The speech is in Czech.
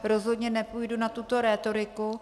Rozhodně nepůjdu na tuto rétoriku.